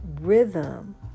rhythm